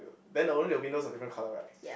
then the only the windows are different colour right